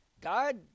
God